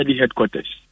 headquarters